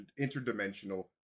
interdimensional